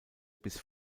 bis